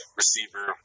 receiver